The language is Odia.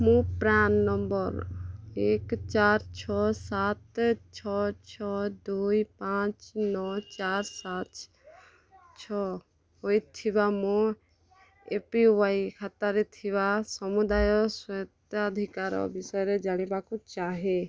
ମୁଁ ପ୍ରାନ୍ ନମ୍ବର୍ ଏକ ଚାରି ଛଅ ସାତେ ଛଅ ଛଅ ଦୁଇ ପାଞ୍ଚ ନଅ ଚାରି ସାତ ଛଅ ହୋଇଥିବା ମୋ ଏ ପି ୱାଇ ଖାତାରେ ଥିବା ସମୁଦାୟ ସ୍ୱତ୍ୱାଧିକାର ବିଷୟରେ ଜାଣିବାକୁ ଚାହେଁ